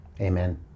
Amen